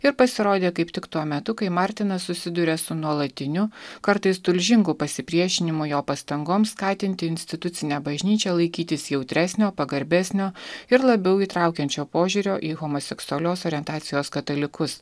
ir pasirodė kaip tik tuo metu kai martinas susiduria su nuolatiniu kartais tulžingu pasipriešinimu jo pastangoms skatinti institucinę bažnyčią laikytis jautresnio pagarbesnio ir labiau įtraukiančio požiūrio į homoseksualios orientacijos katalikus